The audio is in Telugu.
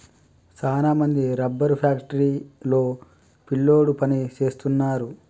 సాన మంది రబ్బరు ఫ్యాక్టరీ లో పిల్లోడు పని సేస్తున్నారు